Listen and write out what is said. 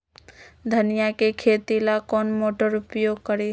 धनिया के खेती ला कौन मोटर उपयोग करी?